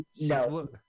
No